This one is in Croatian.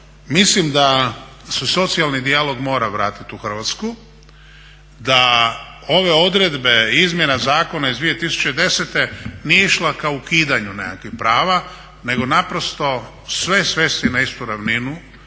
mislim da se socijalni dijalog mora vratiti u Hrvatsku, da ove odredbe izmjena zakona iz 2010. nije išla ka ukidanju nekakvih prava nego naprosto sve svesti na istu ravninu